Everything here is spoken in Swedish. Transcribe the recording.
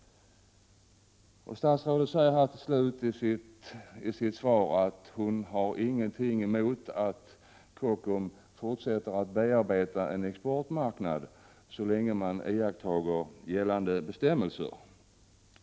Statsrådet säger i sitt svar att hon har ingenting emot att Kockums fortsätter att bearbeta en exportmarknad så länge man iakttar gällande bestämmelser.